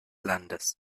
landes